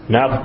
Now